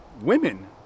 women